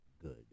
good